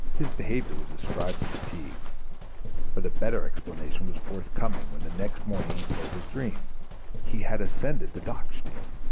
his behavior was ascribed to fatigue but a better explanation was forthcoming when the next morning he told his dream he had ascended the dachstein.